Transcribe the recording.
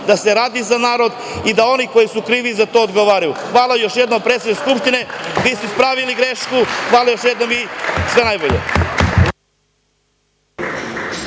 da se radi za narod i da oni koji su krivi za to odgovaraju. Hvala još jednom predsedniku Skupštine. Vi ste ispravili grešku. Hvala još jednom i sve najbolje.